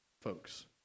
folks